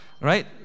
right